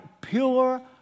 pure